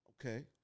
Okay